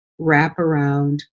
wraparound